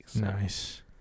Nice